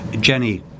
Jenny